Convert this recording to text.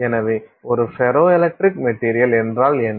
எனவே ஒரு ferroelectric material என்றால் என்ன